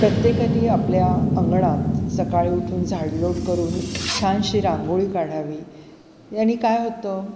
प्रत्येकाने आपल्या अंगणात सकाळी उठून झाडलोट करून छानशी रांगोळी काढावी याने काय होतं